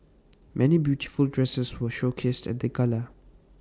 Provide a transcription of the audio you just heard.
many beautiful dresses were showcased at the gala